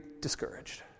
discouraged